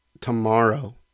tomorrow